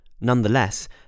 Nonetheless